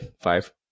five